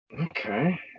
Okay